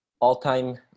all-time